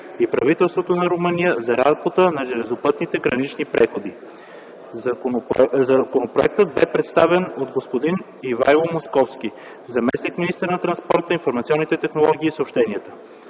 и правителството на Румъния за работата на железопътните гранични преходи. Законопроектът бе представен от г-н Ивайло Московски – заместник-министър на транспорта, информационните технологии и съобщенията.